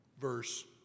verse